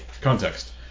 Context